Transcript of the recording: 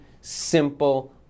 simple